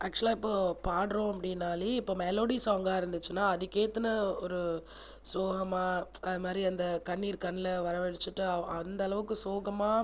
அச்சுவலாக இப்போது பாடுகிறாேம் அப்படின்னாலே இப்போ மெலோடி சாங்காக இருந்துச்சுன்னால் அதுக்கு ஏற்றின ஒரு சோகமாக அது மாதிரி அந்த கண்ணீர் கண்ணில் வர வழைச்சிட்டு அந்த அளவுக்கு சோகமாக